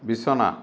বিছনা